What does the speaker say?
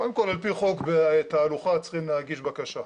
קודם כל על פי חוק בתהלוכה צריכים להגיש בקשה,